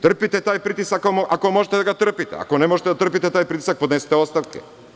Trpite taj pritisak ako možete da ga trpite, ako ne možete da trpite taj pritisak podnesite ostavke.